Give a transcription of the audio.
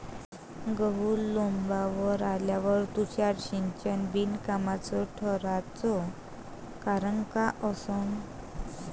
गहू लोम्बावर आल्यावर तुषार सिंचन बिनकामाचं ठराचं कारन का असन?